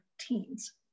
teens